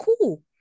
Cool